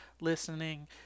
listening